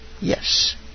Yes